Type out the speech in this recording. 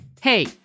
Hey